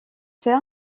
fer